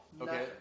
Okay